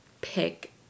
pick